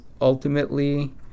ultimately